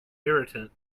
irritant